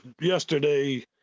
yesterday